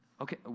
okay